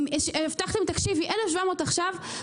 הבטחתם 1,700 עכשיו.